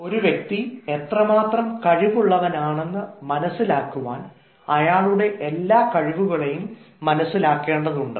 ഒരു വ്യക്തി എത്രമാത്രം കഴിവുള്ളവനാണെന്ന് മനസ്സിലാക്കുവാൻ അയാളുടെ എല്ലാ കഴിവുകളെയും മനസ്സിലാക്കേണ്ടതുണ്ട്